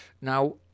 Now